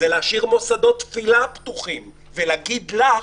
זה להשאיר מוסדות תפילה פתוחים ולומר לך,